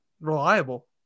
reliable